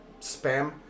spam